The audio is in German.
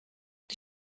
die